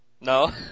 No